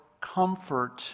comfort